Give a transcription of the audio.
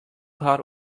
har